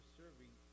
serving